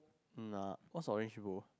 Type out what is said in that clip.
what orange should go